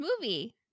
movie